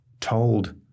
told